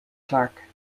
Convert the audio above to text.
clark